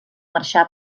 marxar